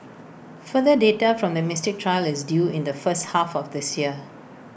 further data from the Mystic trial is due in the first half of this year